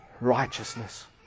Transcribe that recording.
righteousness